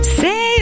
say